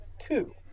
two